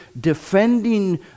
defending